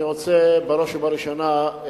אדוני היושב-ראש, אני רוצה בראש ובראשונה,